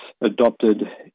adopted